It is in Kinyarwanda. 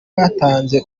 batanze